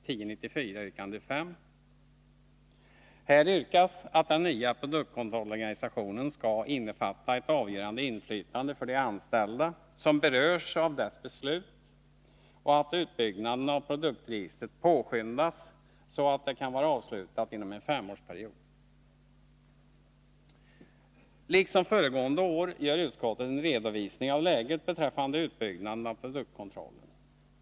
Liksom föregående år gör utskottet en redovisning av läget beträffande uppbyggnaden av produktkontrollen.